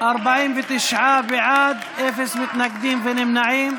49 בעד, אפס מתנגדים ונמנעים.